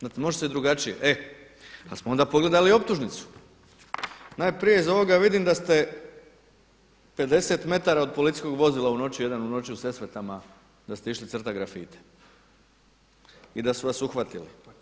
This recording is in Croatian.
Znate može se i drugačije, e ali smo onda pogledali optužnicu, najprije iz ovoga vidim da ste 50 metara od policijskog vozila u 1 u noći u Sesvetama da ste išli crtati grafite i da su vas uhvatili.